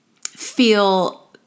feel